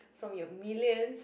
from your millions